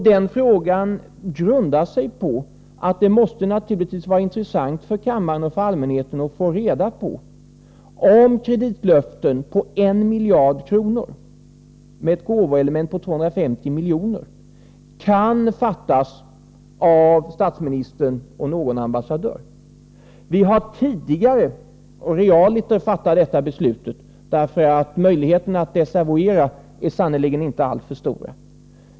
Denna fråga grundar sig på att det naturligtvis måste vara intressant för kammaren och för allmänheten att få reda på om kreditlöften på 1 miljard kronor med ett gåvoelement på 250 milj.kr. kan avges av statsministern och någon ambassadör. Vi har tidigare realiter fattat detta beslut — möjligheterna att desavouera det är sannerligen inte alltför stora.